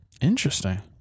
Interesting